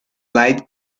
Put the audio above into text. light